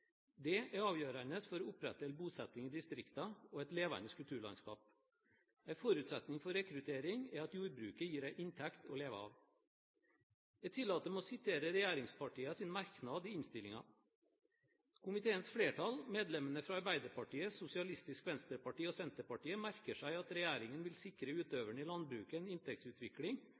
Det er avgjørende for å opprettholde bosetting i distriktene og et levende kulturlandskap. En forutsetning for rekruttering er at jordbruket gir en inntekt å leve av. Jeg tillater meg å sitere regjeringspartienes merknad i innstillingen til landbruksmeldingen, Innst. 234 S for 2011–2012: «Komiteens flertall, medlemmene fra Arbeiderpartiet, Sosialistisk Venstreparti og Senterpartiet, merker seg at regjeringen vil sikre utøverne i landbruket en inntektsutvikling